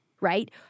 right